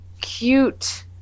cute